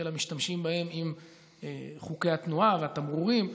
המשתמשים בהם עם חוקי התנועה והתמרורים,